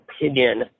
opinion